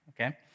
okay